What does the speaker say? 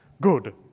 Good